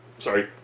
sorry